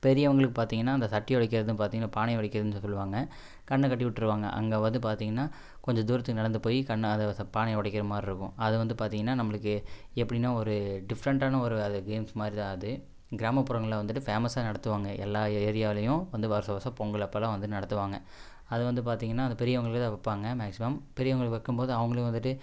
பெரியவங்களுக்கு பார்த்தீங்கன்னா அந்த சட்டி உடைக்கிறதுன்னு பார்த்தீங்கன்னா பானை உடைக்கிறதுன்னு சொ சொல்லுவாங்கள் கண்ணை கட்டி விட்டுருவாங்க அங்க வந்து பாத்தீங்கன்னா கொஞ்சம் தூரத்துக்கு நடந்து போயி கண் அது ச பானையை உடைக்கிற மாதிரி இருக்கும் அது வந்து பார்த்தீங்கன்னா நம்மளுக்கு எப்படின்னா ஒரு டிஃப்ரெண்ட்டான ஒரு அது கேம்ஸ் மாதிரி தான் அது கிராமப்புறங்களில் வந்துகிட்டு ஃபேமஸ்ஸா நடத்துவாங்கள் எல்லா எரியாலேயும் வந்து வருஷம்வருஷம் பொங்கல் அப்போல்லாம் வந்து நடத்துவாங்கள் அதை வந்து பார்த்தீங்கன்னா அது பெரியவங்களுக்காக வைப்பாங்க மேக்சிமம் பெரியவங்களுக்கு வைக்கும்போது அவங்களும் வந்துகிட்டு